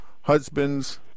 husbands